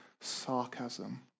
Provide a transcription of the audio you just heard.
sarcasm